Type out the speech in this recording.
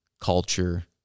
culture